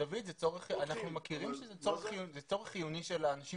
אנו מכירים בזה שזה צורך חיוני של האנשים